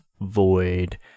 void